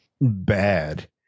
bad